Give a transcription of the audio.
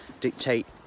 dictate